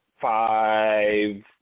five